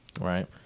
right